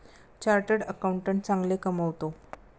chartered accountant चांगले कमावतो